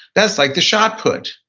that's like the shot put.